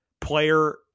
player